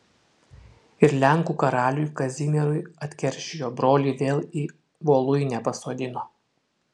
ir lenkų karaliui kazimierui atkeršijo brolį vėl į voluinę pasodino